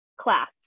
class